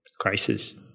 crisis